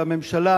והממשלה